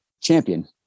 champion